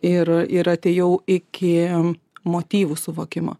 ir ir atėjau iki motyvų suvokimo